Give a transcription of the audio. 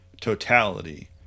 totality